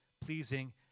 pleasing